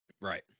Right